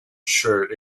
shirt